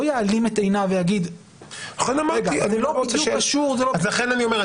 יעלים את עיניו ויגיד -- אז לכן אני אומר,